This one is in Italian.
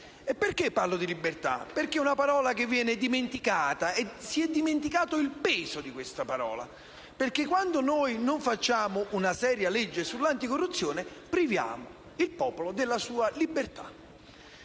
Perché parlo di libertà? Perché è una parola che viene dimenticata: si è dimenticato il peso di questa parola. Quando noi non facciamo una seria legge anticorruzione priviamo il popolo della sua libertà.